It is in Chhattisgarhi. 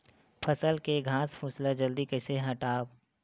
फसल के घासफुस ल जल्दी कइसे हटाव?